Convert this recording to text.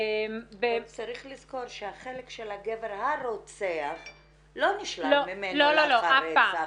צריך לזכור שהחלק של הגבר הרוצח לא נשלל ממנו לאחר הרצח.